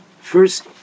first